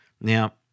Now